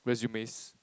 resumes